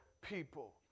people